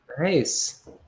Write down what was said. Nice